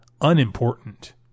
unimportant